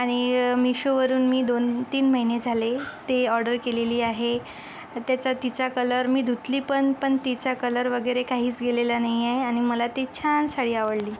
आणि मीशो वरुन मी दोन तीन महिने झाले ती ऑर्डर केलेली आहे त्याचा तिचा कलर मी धुतली पण पण तिचा कलर वगैरे काहीच गेलेला नाही आहे आणि मला ती छान साडी आवडली